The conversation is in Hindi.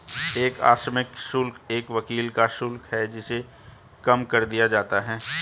एक आकस्मिक शुल्क एक वकील का शुल्क है जिसे कम कर दिया जाता है